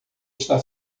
está